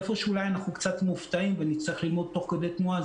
איפשהו אולי אנחנו קצת מופתעים ונצטרך ללמוד תוך כדי תנועה,